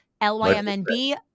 l-y-m-n-b